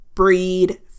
breed